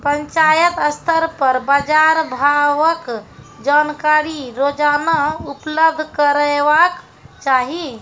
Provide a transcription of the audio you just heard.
पंचायत स्तर पर बाजार भावक जानकारी रोजाना उपलब्ध करैवाक चाही?